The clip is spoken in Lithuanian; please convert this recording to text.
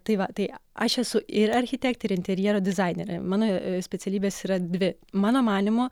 tai va tai aš esu ir architektė ir interjero dizainerė mano specialybės yra dvi mano manymu